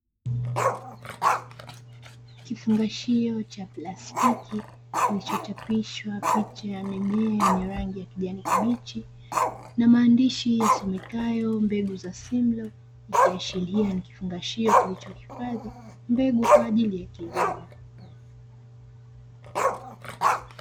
Kifungashio cha plastiki kilichochapishwa picha ya mimea yenye rangi ya kijani kibichi, na maandishi yasomekayo 'mbegu za simlo' ikiashiria ni kifungashio kilichohifadhi mbegu kwaajili ya kilimo.